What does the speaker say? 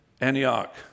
Antioch